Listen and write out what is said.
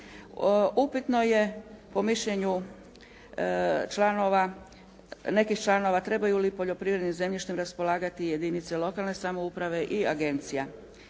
Upitno je po mišljenju nekih članova trebaju li poljoprivrednim zemljištem raspolagati jedinice lokalne samouprave i agencija.